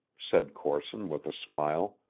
said corson with a smile.